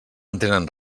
entenen